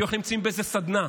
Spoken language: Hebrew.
כאילו אנחנו נמצאים באיזו סדנה.